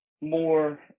more